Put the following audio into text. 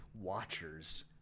Watchers